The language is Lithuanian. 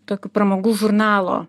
tokių pramogų žurnalo